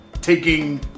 taking